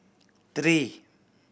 three